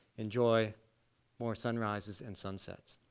enjoy more sunrises and sunsets.